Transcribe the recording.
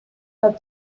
that